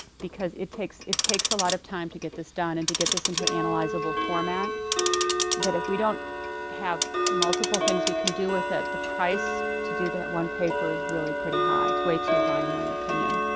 because it takes it takes a lot of time to get this done and to get this into an analyzable format that if we don't have multiple things we can do with it, the price to do that one paper is really pretty high. it's way too high in my opinion.